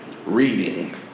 Reading